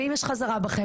ואם יש חזרה בכם,